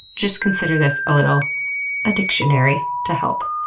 just consider this a little addictionary to help.